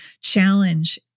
challenge